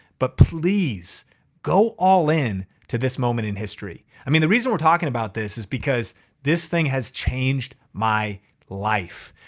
but please go all in to this moment in history. i mean, the reason we're talking about this is because this thing has changed my life.